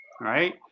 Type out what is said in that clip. Right